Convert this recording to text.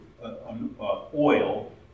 oil